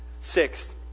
Sixth